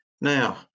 Now